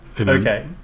Okay